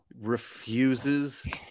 refuses